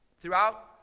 Throughout